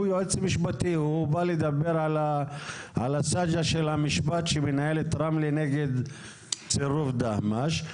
הוא בא לדבר על הסאגה של המשפט שמנהלת רמלה נגד צירוף דהמש.